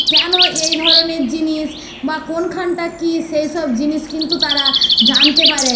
কেন এই ধরনের জিনিস বা কোনখানটা কী সেই সব জিনিস কিন্তু তারা জানতে পারেন